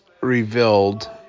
revealed